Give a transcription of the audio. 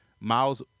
Miles